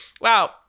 wow